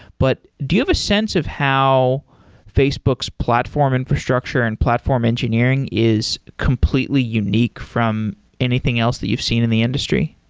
but do you have a sense of how facebook's platform infrastructure and platform engineering is completely unique from anything else that you've seen in the industry?